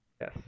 Yes